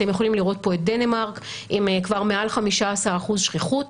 אתם יכולים לראות פה את דנמרק עם מעל 15% שכיחות,